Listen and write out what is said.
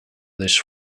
this